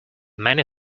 many